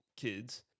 kids